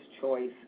choice